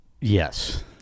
Yes